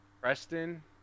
Preston